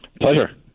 Pleasure